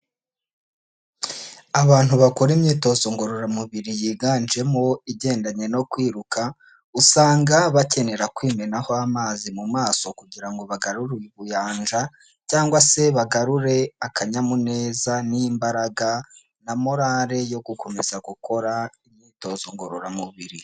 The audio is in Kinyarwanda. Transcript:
Abantu bakora imyitozo ngororamubiri yiganjemo igendanye no kwiruka, usanga bakenera kwimenaho amazi mu maso kugira ngo bagarure ubuyanja cyangwa se bagarure akanyamuneza n'imbaraga na morale yo gukomeza gukora imyitozo ngororamubiri.